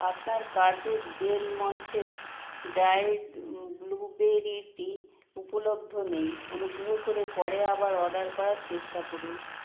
আপনার কার্টের Del Monte dried ব্লুবেরিটি উপলব্ধ নেই অনুগ্রহ করে পরে আবার অর্ডার করার চেষ্টা করুন